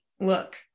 look